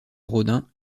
rodin